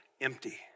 empty